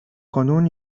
کنون